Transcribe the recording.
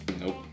Nope